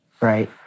Right